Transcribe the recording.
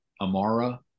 Amara